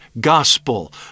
gospel